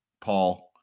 Paul